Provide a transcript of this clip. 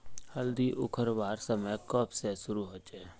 हल्दी उखरवार समय कब से शुरू होचए?